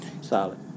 Solid